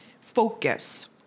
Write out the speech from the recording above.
focus